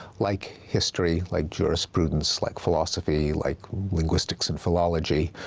like history, like jurisprudence, like philosophy, like linguistics and philology,